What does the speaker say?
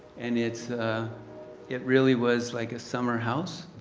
and it ah it really was like a summer house.